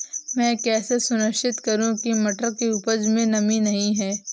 मैं कैसे सुनिश्चित करूँ की मटर की उपज में नमी नहीं है?